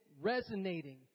resonating